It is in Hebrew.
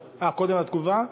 אה, קודם התגובה?